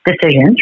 decisions